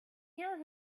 here